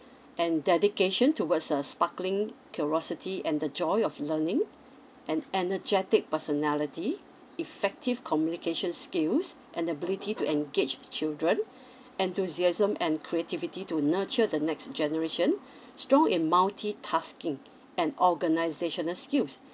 and dedication towards uh sparking curiosity and the joy of learning and energetic personality effective communication skills and ability to engage with children enthusiasm and creativity to nurture the next generation strong in multi tasking and organisational skills